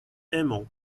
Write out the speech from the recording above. aimons